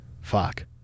Fuck